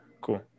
cool